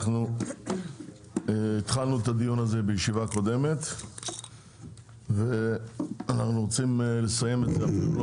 אנחנו התחלנו את הדיון הזה בישיבה הקודמת ואנחנו רוצים לסיים את זה.